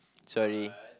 sorry